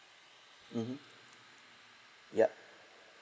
mmhmm yup